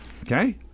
Okay